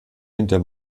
hinter